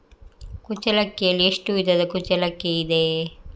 ಕುಚ್ಚಲಕ್ಕಿಯಲ್ಲಿ ಎಷ್ಟು ವಿಧದ ಕುಚ್ಚಲಕ್ಕಿ ಇದೆ?